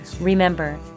Remember